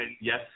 yes